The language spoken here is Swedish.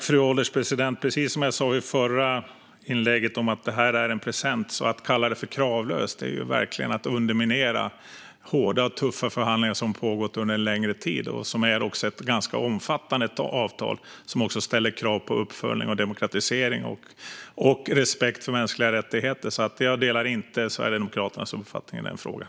Fru ålderspresident! Jag säger som jag sa i mitt förra inlägg om att det här skulle vara en present. Att kalla avtalet kravlöst är verkligen att underminera hårda och tuffa förhandlingar som pågått under en längre tid. Det är också ett ganska omfattande avtal som ställer krav på uppföljning av demokratisering och respekt för mänskliga rättigheter, så jag delar inte Sverigedemokraternas uppfattning i den frågan.